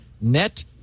net